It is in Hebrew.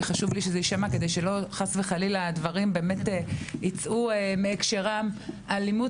כי חשוב לי שזה יישמע כדי שהדברים לא יצאו מהקשרם אלימות